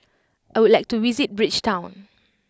I would like to visit Bridgetown